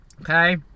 Okay